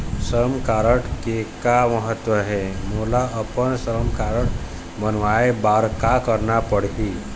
श्रम कारड के का महत्व हे, मोला अपन श्रम कारड बनवाए बार का करना पढ़ही?